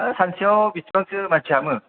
सानसेयाव बेसेबांसो मानसि हाबो